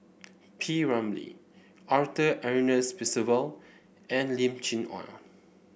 P Ramlee Arthur Ernest Percival and Lim Chee Onn